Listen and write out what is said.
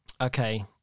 okay